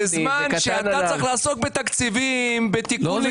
בזמן שאתה צריך לעסוק בתקציבים, בתיקון ליקויים.